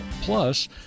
plus